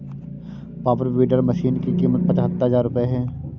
power weeder machine की कीमत पचहत्तर हजार रूपये है